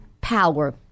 power